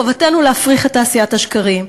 חובתנו להפריך את תעשיית השקרים,